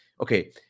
okay